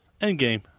Endgame